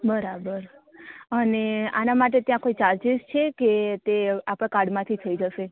બરાબર અને આના માટે ત્યા કોઈ ચાર્જિસ છે કે તે આપડા કાર્ડમાથી થઈ જશે